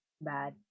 bad